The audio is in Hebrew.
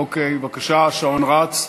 אוקיי, בבקשה, השעון רץ.